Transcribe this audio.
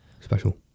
Special